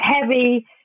heavy